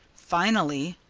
finally,